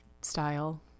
style